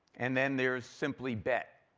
and then there is simply bet,